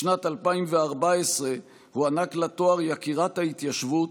בשנת 2014 הוענק לה תואר יקירת ההתיישבות,